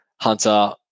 Hunter